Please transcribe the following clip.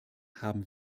haben